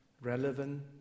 relevant